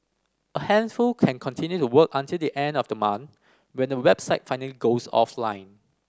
a handful can continue to work until the end of the month when the website finally goes offline